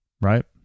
Right